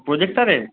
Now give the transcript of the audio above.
প্রোজেক্টরে